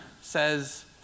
says